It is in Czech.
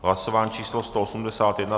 Hlasování číslo 181.